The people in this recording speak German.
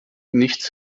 nichts